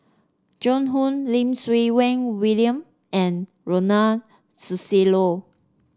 Joan Hon Lim Siew Wai William and Ronald Susilo